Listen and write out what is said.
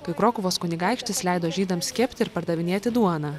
kai krokuvos kunigaikštis leido žydams kepti ir pardavinėti duoną